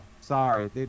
sorry